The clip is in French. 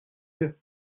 mieux